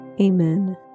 Amen